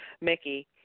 Mickey